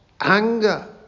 anger